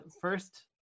first